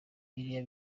biriya